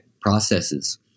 processes